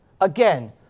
Again